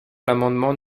l’amendement